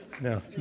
No